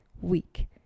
week